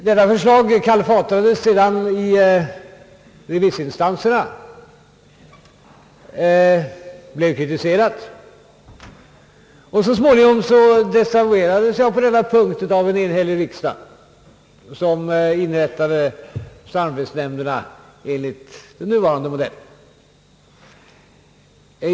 Detta förslag kalfatrades sedan i remissinstanserna, det blev kritiserat, och så småningom desavuerades jag på denna punkt av en enhällig riksdag, som inrättade samarbetsnämnderna enligt den nuvarande modellen.